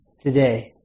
today